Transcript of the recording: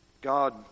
God